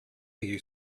you